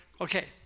Okay